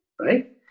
Right